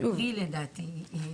ב- -- לדעתי.